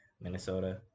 Minnesota